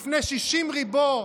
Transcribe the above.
בפני 60 ריבוא,